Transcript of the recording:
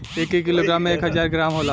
एक किलोग्राम में एक हजार ग्राम होला